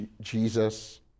Jesus